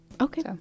Okay